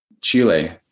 Chile